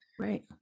Right